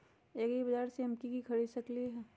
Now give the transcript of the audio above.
एग्रीबाजार से हम की की खरीद सकलियै ह?